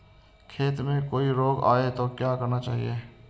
खेत में कोई रोग आये तो क्या करना चाहिए?